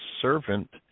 servant